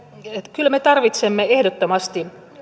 kyllä me tarvitsemme ehdottomasti